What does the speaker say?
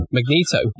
Magneto